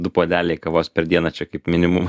du puodeliai kavos per dieną čia kaip minimum